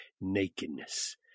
nakedness